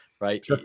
right